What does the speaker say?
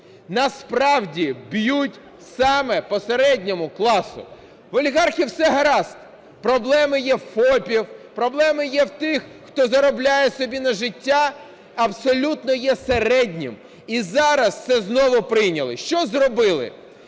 насправді б'ють саме по середньому класу. В олігархів все гаразд, проблеми є у ФОПів, проблеми є в тих, хто заробляє собі на життя, абсолютно є середнім і зараз це знову прийняли. Що зробили?